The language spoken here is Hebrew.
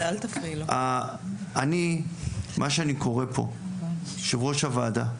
אני מה שאני קורא פה, יושב ראש הוועדה,